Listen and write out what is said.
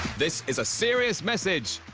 this is a serious message,